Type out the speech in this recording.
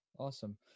Awesome